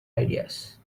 ideas